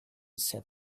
said